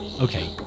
Okay